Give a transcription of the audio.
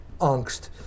angst